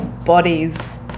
Bodies